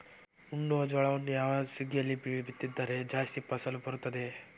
ಉಣ್ಣುವ ಜೋಳವನ್ನು ಯಾವ ಸುಗ್ಗಿಯಲ್ಲಿ ಬಿತ್ತಿದರೆ ಜಾಸ್ತಿ ಫಸಲು ಬರುತ್ತದೆ?